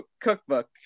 cookbook